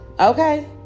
Okay